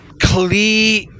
clear